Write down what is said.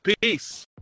Peace